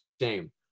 shame